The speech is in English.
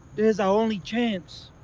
is our only chance.